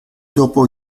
dopo